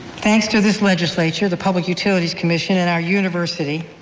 thanks to this legislature, the public utilities commission and our university,